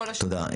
תודה רבה.